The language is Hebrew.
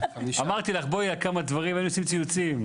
לשיטתי,